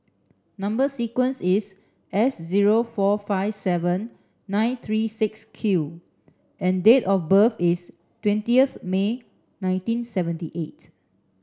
number sequence is S zero four five seven nine three six Q and date of birth is twentieth May nineteen seventy eight